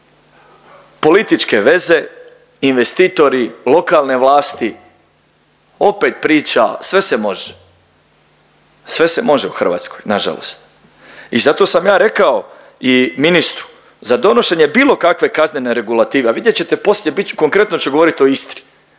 Političke veze, investitori, lokalne vlasti, opet priča. Sve se može, sve se može u Hrvatskoj na žalost. I zato sam ja rekao i ministru za donošenje bilo kakve kaznene regulative, a vidjet ćete poslije, konkretno ću govoriti o Istri.